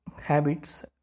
habits